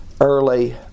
early